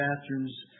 bathrooms